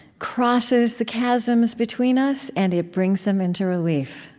crosses the chasms between us, and it brings them into relief.